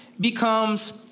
Becomes